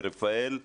ורפאל: